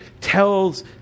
tells